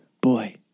boy